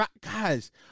Guys